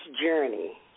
journey